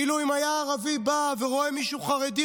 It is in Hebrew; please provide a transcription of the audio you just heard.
כאילו אם היה ערבי בא ורואה מישהו חרדי,